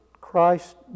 Christ